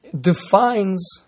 defines